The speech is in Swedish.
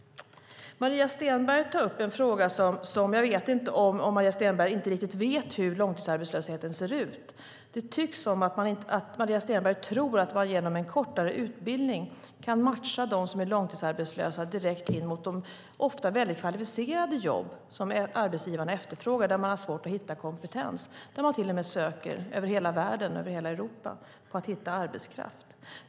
Maria Stenberg tar upp en fråga, och jag vet inte om hon inte riktigt vet hur långtidsarbetslösheten ser ut. Det tycks som om Maria Stenberg tror att man genom en kortare utbildning kan matcha de som är långtidsarbetslösa in mot de ofta mycket kvalificerade jobb där arbetsgivarna söker arbetskraft och har svårt att hitta rätt kompetens. De söker till och med över hela Europa och hela världen för att hitta arbetskraft.